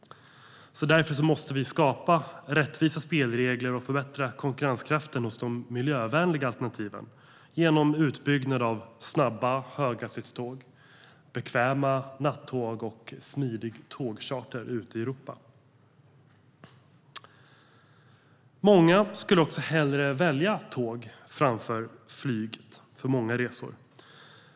Därför måste vi skapa rättvisa spelregler och förbättra konkurrenskraften hos de miljövänliga alternativen genom utbyggnad av snabba höghastighetståg, bekväma nattåg och smidig tågcharter ute i Europa. Många skulle också hellre välja tåg framför flyget för sina resor.